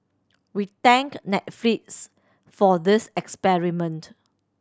we thank Netflix for this experiment